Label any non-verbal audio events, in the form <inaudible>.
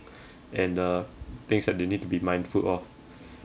<breath> and the things that they need to be mindful of